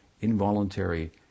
involuntary